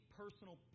personal